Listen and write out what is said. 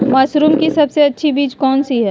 Mushroom की सबसे अच्छी बीज कौन सी है?